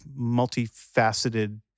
multifaceted